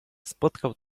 spotkał